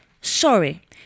sorry